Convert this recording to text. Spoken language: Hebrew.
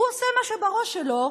והוא עושה מה שבראש שלו,